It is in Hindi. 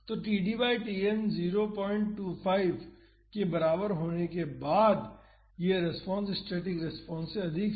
तो t बाई Tn 025 के बराबर होने के बाद यह रेस्पॉन्स स्टैटिक रेस्पॉन्स से अधिक है